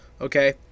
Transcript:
Okay